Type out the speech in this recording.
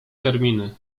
terminy